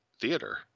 theater